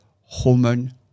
hormone